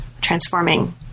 transforming